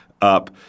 up